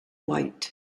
white